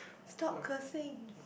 stop cursing